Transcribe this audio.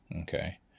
Okay